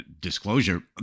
disclosure